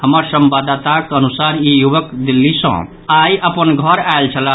हमर संवाददाताक अनुसार ई युवक आई दिल्ली सऽ अपन घर आयल छलाह